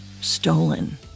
stolen